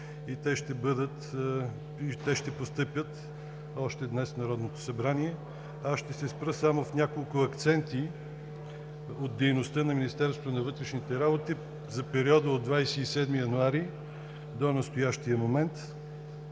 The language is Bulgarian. вътрешните работи и те ще постъпят още днес в Народното събрание. Ще се спра само в няколко акцента от дейността на Министерството на вътрешните работи за периода от 27 януари 2017 г. до настоящия момент